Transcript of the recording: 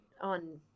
on